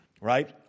right